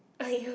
are you